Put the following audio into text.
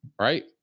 right